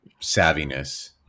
savviness